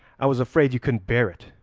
i was afraid you couldn't bear it,